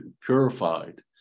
purified